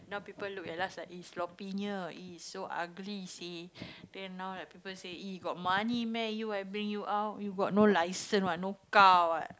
now people look at us like eh sloppy ee so ugly then now like people say ee you got money meh you I bring you out you got no license what no car what